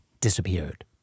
disappeared